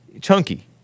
Chunky